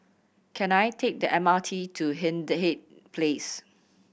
can I take the M R T to Hindhede Place